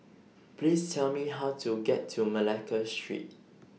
Please Tell Me How to get to Malacca Street